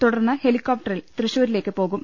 തുടർന്ന് ഹെലികോപ്ടറിൽ തൃശൂരിലേക്ക് പോകും